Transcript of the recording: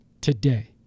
today